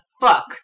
fuck